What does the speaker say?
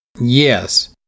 Yes